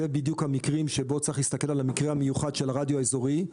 אלה בדיוק המקרים שבהם צריך להסתכל על המקרה המיוחד של הרדיו האזורי.